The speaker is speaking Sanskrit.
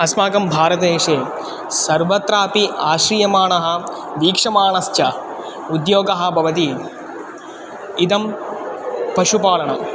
अस्माकं भारते सर्वत्रापि आश्रीयमाणः वीक्षमाणश्च उद्योगः भवति इदं पशुपालनम्